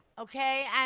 okay